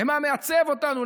למה מעצב אותנו,